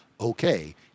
Okay